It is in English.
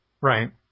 right